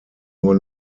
nur